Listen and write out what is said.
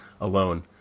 alone